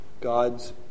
God's